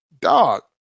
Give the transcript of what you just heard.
dog